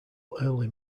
early